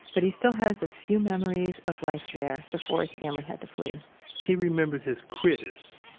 but he still has a few memories of life there before his family had to flee he remembers his critters,